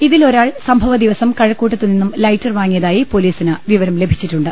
ഇതിലൊരാൾ സംഭവദിവസം കഴക്കൂട്ടത്തുനിന്നും ലൈറ്റർ വാങ്ങിയതായി പൊലീസിന് വിവരം ലഭിച്ചി ട്ടുണ്ട്